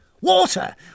Water